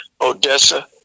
Odessa